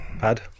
Bad